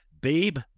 Babe